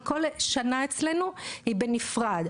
כי כל שנה אצלנו היא בנפרד.